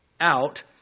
out